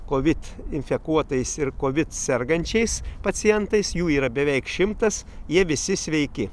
kovid infekuotais ir kovid sergančiais pacientais jų yra beveik šimtas jie visi sveiki